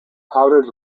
powdered